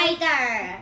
Spider